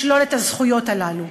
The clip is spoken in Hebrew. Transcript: לשלול את הזכויות הללו.